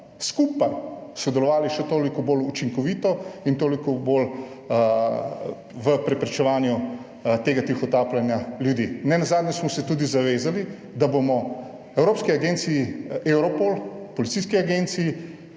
skupaj - sodelovali še toliko bolj učinkovito in toliko bolj v preprečevanju tega tihotapljenja ljudi. Nenazadnje smo se tudi zavezali, da bomo evropski agenciji Europol, policijski agenciji,